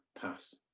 pass